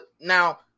now